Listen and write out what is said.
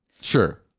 Sure